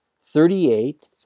thirty-eight